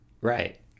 right